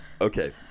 Okay